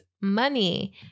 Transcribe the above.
money